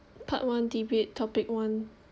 part one debate topic one